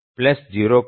125 0